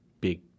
big